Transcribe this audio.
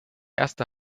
erste